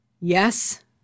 Yes